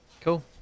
Cool